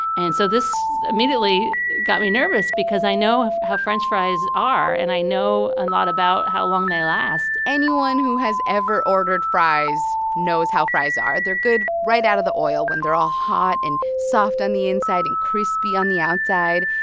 and so this immediately got me nervous because i know how french fries are, and i know a lot about how long they last anyone who has ever ordered fries knows how fries are. they're good right out of the oil when they're all hot and soft on the inside and crispy on the outside.